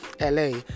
LA